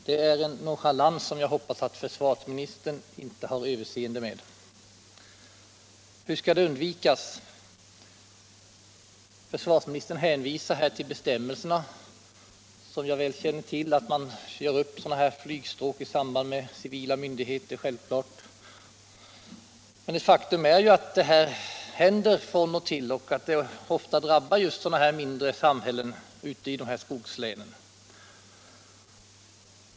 Det är en nonchalans som jag hoppas att försvarsministern inte har överseende med. Hur skall detta kunna undvikas? Försvarsministern hänvisar till bestämmelserna, som jag väl känner till. Att man gör upp flygstråk i sam arbete med civila myndigheter är självklart. Ett faktum är emellertid att från och till drabbas mindre samhällen i skogslänen.